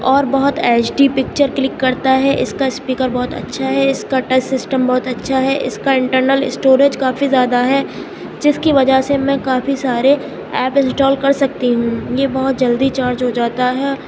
اور بہت H D picture click کرتا ہے اس کا اسپیکر بہت اچھا ہے اس کا ٹچ سسٹم بہت اچھا ہے اس کا انٹرنل اسٹوریج کافی زیادہ ہے جس کی وجہ سے میں کافی سارے ایپ انسٹال کر سکتی ہوں یہ بہت جلدی چارج ہو جاتا ہے